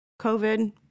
COVID